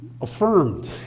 Affirmed